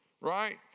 right